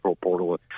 portal